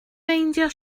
meindio